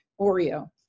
Oreo